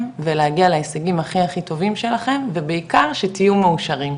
ולהגיע להישגים הכי הכי טובים שלכם ובעיקר שתהיו מאושרים,